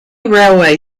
railway